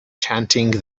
chanting